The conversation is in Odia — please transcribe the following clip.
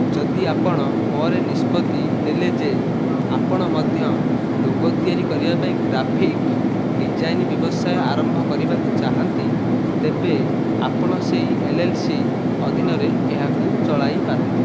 ଯଦି ଆପଣ ପରେ ନିଷ୍ପତ୍ତି ନେଲେ ଯେ ଆପଣ ମଧ୍ୟ ଲୋଗୋ ତିଆରି କରିବାପାଇଁ ଗ୍ରାଫିକ ଡିଜାଇନ୍ ବ୍ୟବସାୟ ଆରମ୍ଭ କରିବାକୁ ଚାହାନ୍ତି ତେବେ ଆପଣ ସେହି ଏଲ୍ଲ୍ସି ଅଧୀନରେ ଏହାକୁ ଚଳାଇପାରନ୍ତି